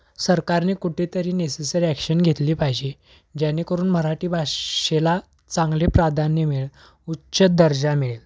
सरकारने कुठेतरी necessary action घेतली पाहिजे जेणेकरून मराठी भाषेला चांगले प्राधान्य मिळेल उच्च दर्जा मिळेल